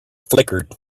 flickered